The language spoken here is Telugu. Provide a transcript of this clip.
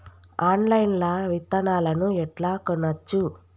ఆన్లైన్ లా విత్తనాలను ఎట్లా కొనచ్చు?